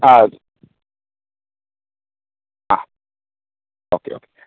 ആ ഓക്കെ ആ okay okay